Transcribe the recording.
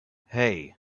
hey